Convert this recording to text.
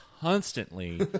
constantly